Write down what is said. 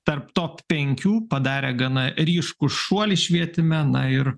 tarp top penkių padarę gana ryškų šuolį švietime na ir